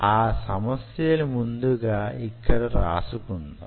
ఆ సమస్యలను ముందుగా యిక్కడ వ్రాసుకుందాం